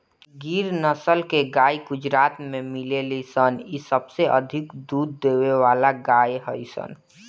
गिर नसल के गाई गुजरात में मिलेली सन इ सबसे अधिक दूध देवे वाला गाई हई सन